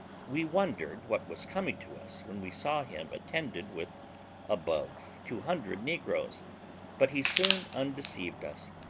we wondered what was coming to us when we saw him attended with above two hundred negroes but he soon undeceived us,